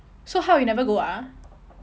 so how you never go ah